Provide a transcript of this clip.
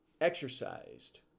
exercised